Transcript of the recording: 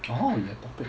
!huh! what's the topic